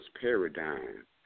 paradigm